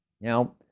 now